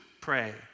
pray